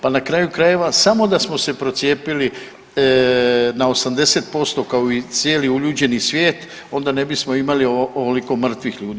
Pa na kraju krajeva, samo da smo se procijepili na 80% kao i cijeli uljuđeni svijet, onda ne bismo imali ovoliko mrtvih ljudi.